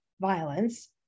violence